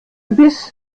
biss